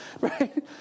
right